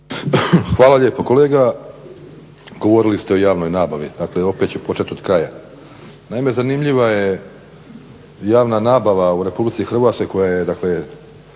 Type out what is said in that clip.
Hvala lijepo. Kolega, govorili ste o javnoj nabavi, dakle opet ću počet od kraja. Naime, zanimljiva je javna nabava u Republici Hrvatskoj koja je